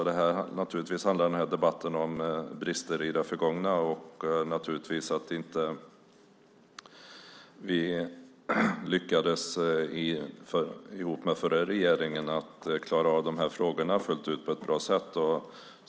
Debatten handlar naturligtvis om brister i det förgångna och om att vi tillsammans med den förra regeringen inte lyckades klara av de här frågorna på ett bra sätt fullt ut.